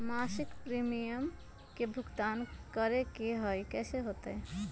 मासिक प्रीमियम के भुगतान करे के हई कैसे होतई?